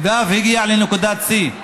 ואף הגיע לנקודות שיא.